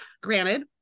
Granted